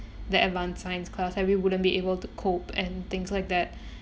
the advance science class and we wouldn't be able to cope and things like that